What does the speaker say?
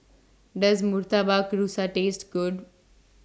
Does Murtabak Rusa Taste Good